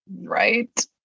Right